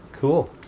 cool